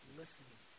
listening